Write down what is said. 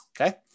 okay